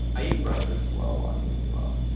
i eat breakfast while walking as well.